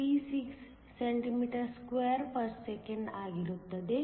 36 cm2 s 1 ಆಗಿರುತ್ತದೆ